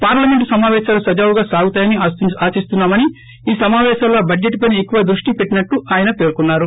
parliament సమాపేశాలు సజావుగా సాగుతాయని ఆకిస్తున్నామని సమావేశాల్లో బడ్జెట్పైనే ఎక్కువ దృష్టి పెట్టినట్లు ఆయన పేర్కొన్నారు